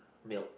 milk